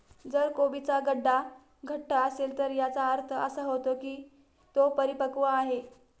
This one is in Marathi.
जर कोबीचा गड्डा घट्ट असेल तर याचा अर्थ असा होतो की तो परिपक्व आहे